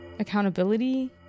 accountability